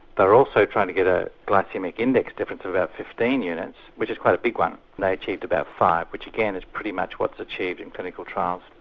they were also trying to get a glycaemic index difference of about fifteen units which is quite a big one and they achieved about five, which again is pretty much what is achieved in clinical trials.